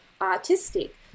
artistic